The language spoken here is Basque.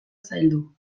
zaildu